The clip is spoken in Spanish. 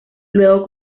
luego